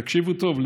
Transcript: תקשיבו טוב,